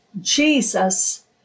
Jesus